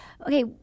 Okay